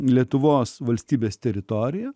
lietuvos valstybės teritoriją